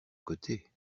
côté